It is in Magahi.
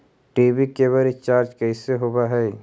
टी.वी केवल रिचार्ज कैसे होब हइ?